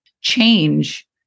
change